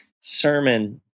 sermon